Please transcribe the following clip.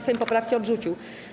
Sejm poprawki odrzucił.